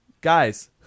guys